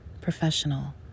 professional